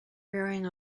rearing